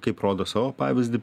kaip rodo savo pavyzdį